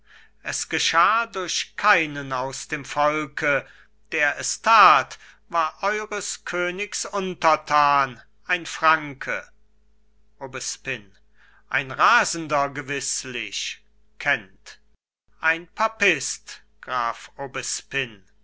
es geschah durch keinen aus dem volke der es tat war eures königs untertan ein franke aubespine ein rasender gewißlich kent ein papist graf